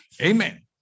Amen